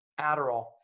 Adderall